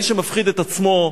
מי שמפחיד את עצמו,